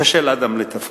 קשה לה גם לתפקד.